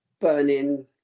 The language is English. burning